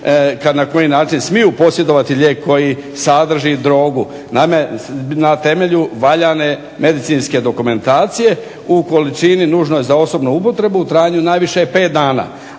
na koji način smiju posjedovati lijek koji sadrži drogu. Naime, na temelju valjane medicinske dokumentacije u količini nužnoj za osobnu upotrebu u trajanju najviše pet dana.